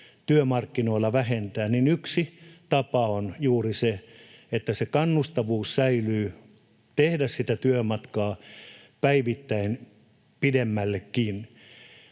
työmarkkinoilla vähentää, niin yksi tapa on juuri se, että säilyy se kannustavuus tehdä työmatkaa päivittäin pidemmällekin.